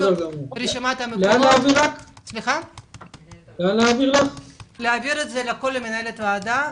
נא להעביר למנהלת הוועדה,